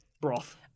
broth